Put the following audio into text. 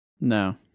No